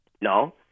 No